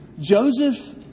Joseph